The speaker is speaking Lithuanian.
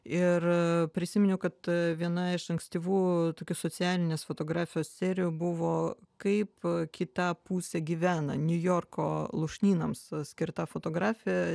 ir prisiminiau kad viena iš ankstyvų tokių socialinės fotografijos serijų buvo kaip kita pusė gyvena niujorko lūšnynams skirta fotografija